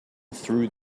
through